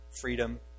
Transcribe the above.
freedom